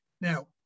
Now